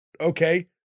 Okay